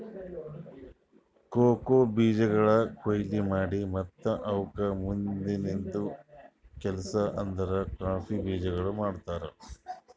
cocoa ಬೀಜಗೊಳ್ ಕೊಯ್ಲಿ ಮಾಡಿ ಮತ್ತ ಅವುಕ್ ಮುಂದಿಂದು ಕೆಲಸಕ್ ಅಂದುರ್ ಕಾಫಿ ಬೀಜಗೊಳ್ ಮಾಡ್ತಾರ್